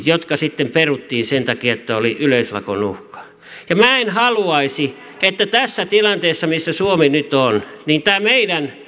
jotka sitten peruttiin sen takia että oli yleislakon uhka minä en haluaisi että tässä tilanteessa missä suomi nyt on tämä meidän